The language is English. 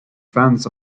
fans